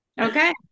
Okay